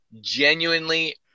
genuinely